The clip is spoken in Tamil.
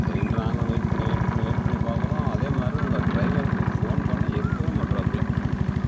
சரின்ட்டு நாங்களும் வெயிட் பண்ணி வெயிட் பண்ணி வெயிட் பண்ணி பார்க்குறோம் அதேமாதிரி உங்க டிரைவருக்கு ஃபோன் பண்ணா எடுக்கவே மாட்றாப்பில